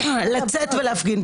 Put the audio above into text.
בסדר גמור.